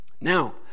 Now